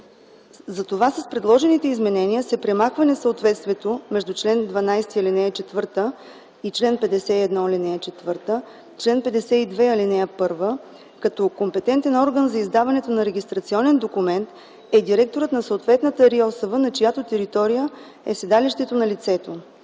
Затова с предложените изменения се премахва несъответствието между чл. 12, ал. 4 и чл. 51, ал. 4; чл. 52, ал. 1 като компетентен орган за издаването на регистрационен документ е директорът на съответната РИОСВ, на чиято територия е седалището на лицето.